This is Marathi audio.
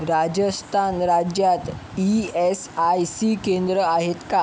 राजस्थान राज्यात ई एस आय सी केंद्रं आहेत का